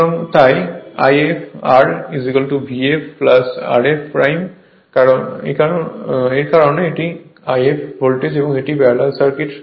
সুতরাং তাই If RVf Rf এরকারণ এটি কারেন্ট If ভোল্টেজ এটি একটি প্যারালাল সার্কিট